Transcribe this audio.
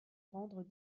rendre